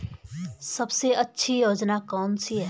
सबसे अच्छी योजना कोनसी है?